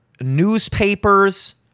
newspapers